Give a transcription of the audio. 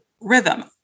rhythm